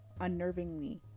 unnervingly